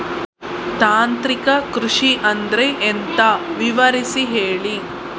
ತಾಂತ್ರಿಕ ಕೃಷಿ ಅಂದ್ರೆ ಎಂತ ವಿವರಿಸಿ ಹೇಳಿ